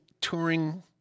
touring